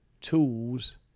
tools